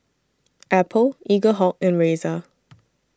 Apple Eaglehawk and Razer